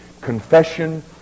confession